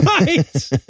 Right